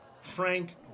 Frank